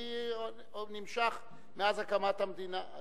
ויכוח שנמשך עוד מאז הקמת המדינה,